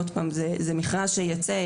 זה מכרז שייצא.